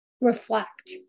reflect